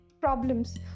problems